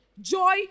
Joy